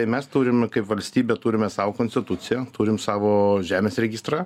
tai mes turime kaip valstybė turime savo konstituciją turim savo žemės registrą